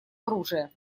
оружия